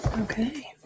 okay